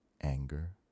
anger